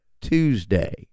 Tuesday